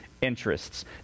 interests